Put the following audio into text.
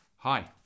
Hi